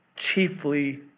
chiefly